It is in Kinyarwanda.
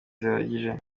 zihagije